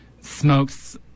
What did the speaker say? smokes